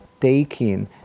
taking